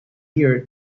year